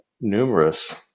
numerous